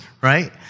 right